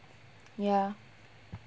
ya